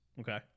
okay